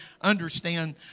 understand